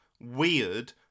weird